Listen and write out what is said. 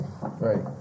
Right